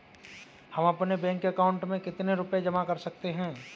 हम अपने bank account में कितने रुपये जमा कर सकते हैं?